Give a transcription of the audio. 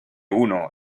uno